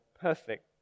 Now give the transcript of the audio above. perfect